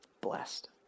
blessed